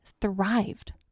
thrived